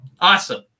Awesome